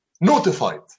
notified